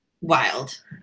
wild